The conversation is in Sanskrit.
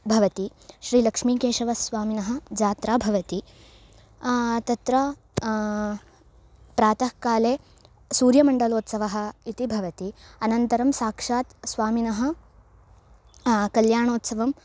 भवति श्री लक्ष्मीकेशवस्वामिनः जात्रा भवति तत्र प्रातःकाले सूर्यमण्डलोत्सवः इति भवति अनन्तरं साक्षात् स्वामिनः कल्याणोत्सवम्